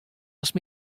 ast